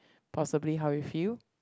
possibly how you feel